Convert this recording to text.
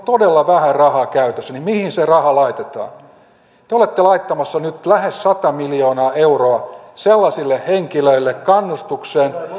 todella vähän rahaa käytössä niin mihin se raha laitetaan te olette laittamassa nyt lähes sata miljoonaa euroa kannustukseksi sellaisille henkilöille